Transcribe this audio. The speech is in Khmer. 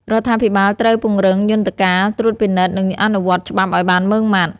រដ្ឋាភិបាលត្រូវពង្រឹងយន្តការត្រួតពិនិត្យ និងអនុវត្តច្បាប់ឲ្យបានម៉ឺងម៉ាត់។